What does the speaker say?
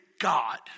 God